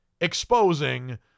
exposing